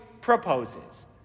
proposes